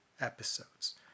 episodes